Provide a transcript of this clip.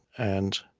and